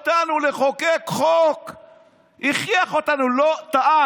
אם אתה שומע אותנו, מר אלקין חייב 3.5 מיליון שקל.